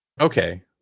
Okay